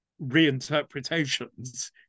reinterpretations